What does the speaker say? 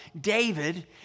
David